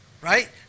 Right